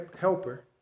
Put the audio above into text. helper